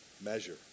measure